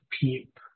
PEEP